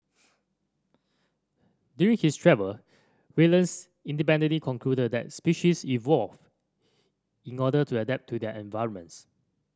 during his travel Wallace independently concluded that species evolve in order to adapt to their environments